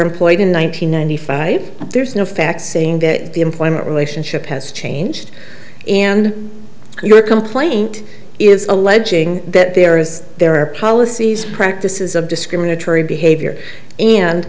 employed in one nine hundred ninety five there's no facts saying that the employment relationship has changed and your complaint is alleging that there is there are policies practices of discriminatory behavior and